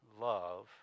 love